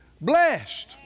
blessed